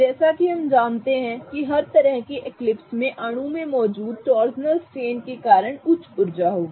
जैसा कि हम जानते हैं कि हर तरह के एक्लिप्स में अणु में मौजूद टॉर्सनल स्ट्रेन के कारण उच्च ऊर्जा होगी